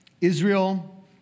Israel